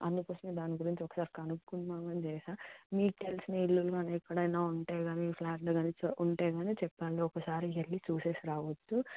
అందుకోసం దాని గురించి ఒకసారి కనుక్కుందామని చేశాను మీకు తెలిసిన ఇల్లులు కానీ ఎక్కడైన ఉంటే కానీ ఫ్లాట్లు కానీ ఉంటే కానీ చెప్పండి ఒకసారి వెళ్ళి చూసి రావచ్చు